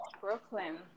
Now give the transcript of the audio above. Brooklyn